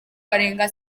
barenga